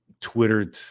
Twitter